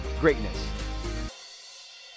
greatness